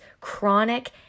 chronic